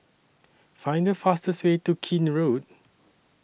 Find The fastest Way to Keene Road